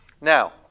Now